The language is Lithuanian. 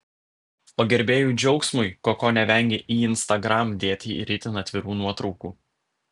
o gerbėjų džiaugsmui koko nevengia į instagram dėti ir itin atvirų nuotraukų